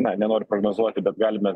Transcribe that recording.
na nenoriu prognozuoti bet galime